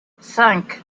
cinq